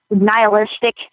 nihilistic